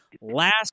Last